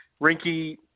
Rinky